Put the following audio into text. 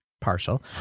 partial